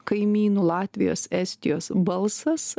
kaimynų latvijos estijos balsas